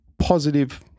positive